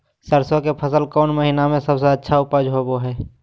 सरसों के फसल कौन महीना में सबसे अच्छा उपज होबो हय?